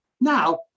Now